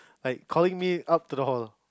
like calling me up to the hall